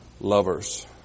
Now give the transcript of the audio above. lovers